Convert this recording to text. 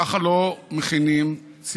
כדי לשאת נאום שהוא